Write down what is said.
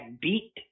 beat